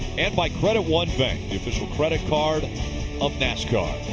and by credit one bank, the official credit card of nascar.